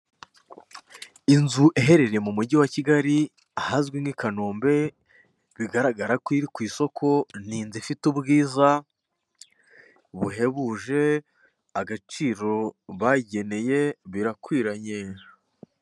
Inzu iherereye mu mujyi wa Kigali ahazwi n'i kanombe, bigaragara ko iri ku isoko n'inzu ifite ubwiza buhebuje agaciro bayigeneye birakwiranye.